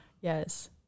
Yes